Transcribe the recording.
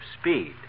speed